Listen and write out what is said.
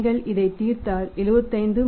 நீங்கள் இதைத் தீர்த்தால் 75 7